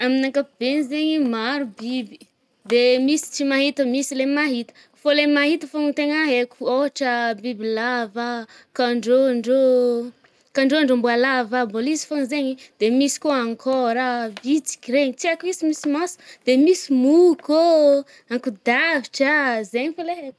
Amin’ny ankapobeny zaigny maro biby. De misy tsy mahita, misy le mahita. Fô le mahita fôgna tena haiko. Ôhatra bibilava a, kandrôndro, kandrôndrombôalava mbôla izy fô zaigny. De misy kô ankôra a, vitsiky regny. Tsy haiko isy misy maso. De misy mokô ô, ankodahotra a. zaigny fô le haiko.